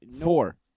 Four